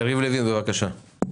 יריב לוין, בבקשה.